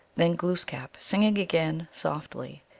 then glooskap, singing again softly,